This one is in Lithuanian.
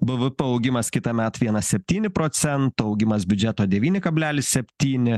bvp augimas kitąmet vienas septyni procento augimas biudžeto devyni kablelis septyni